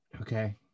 Okay